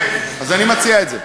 אוקיי, אז אני מציע את זה.